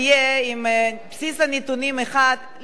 לא ניתן יהיה להירשם לא בצפון ולא בדרום,